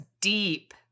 deep